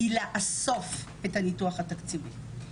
היא לאסוף את הניתוח התקציבי,